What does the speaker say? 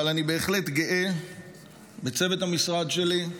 אבל אני בהחלט גאה בצוות המשרד שלי,